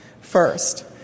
First